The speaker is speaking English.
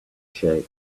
shape